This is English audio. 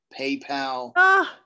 PayPal